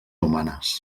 humanes